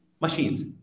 machines